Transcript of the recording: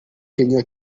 kenya